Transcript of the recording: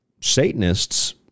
Satanists